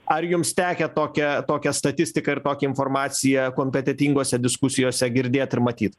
ar jums tekę tokią tokią statistiką ir tokią informaciją kompetentingose diskusijose girdėt ir matyt